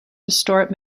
distort